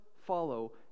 Follow